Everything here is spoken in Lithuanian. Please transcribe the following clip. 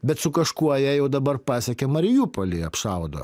bet su kažkuo jie jau dabar pasiekia mariupolį apšaudo